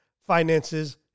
finances